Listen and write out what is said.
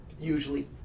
usually